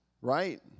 Right